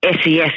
SES